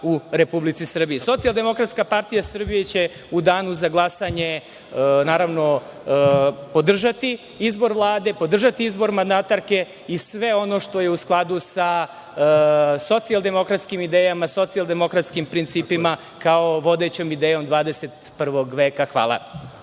u Republici Srbiji. Socijaldemokratska partija Srbije će u danu za glasanje podržati izbor Vlade, podržati izbor mandatarke i sve ono što je u skladu sa socijaldemokratskim idejama, socijaldemokratskim principima kao vodećom idejom 21. veka. **Maja